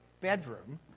bedroom